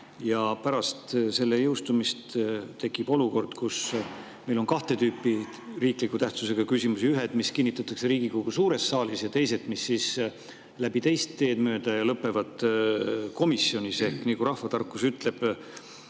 Pärast selle jõustumist tekib olukord, kus meil on kahte tüüpi riikliku tähtsusega küsimusi: ühed, mis kinnitatakse Riigikogu suures saalis, ja teised, mis [liiguvad] teist teed mööda ja lõpevad komisjonis. Nagu rahvatarkus ütleb: